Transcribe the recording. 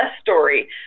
story